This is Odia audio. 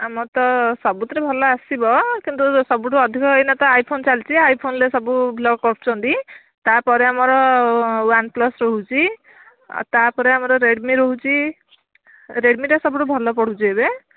ଆମର ତ ସବୁଥିରେ ଭଲ ଆସିବ କିନ୍ତୁ ସବୁଠାରୁ ଅଧିକ ଏବେ ତ ଆଇଫୋନ୍ ଚାଲିଛି ଆଇଫୋନ୍ରେ ସବୁ ବ୍ଲଗ୍ କରୁଛନ୍ତି ତା'ପରେ ଆମର ୱାନ୍ ପ୍ଲସ୍ ରହୁଛି ଆଉ ତା'ପରେ ଆମର ରେଡ୍ମି ରହୁଛି ରେଡ୍ମିଟା ସବୁଠାରୁ ଭଲ ପଡ଼ୁଛି ଏବେ